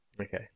Okay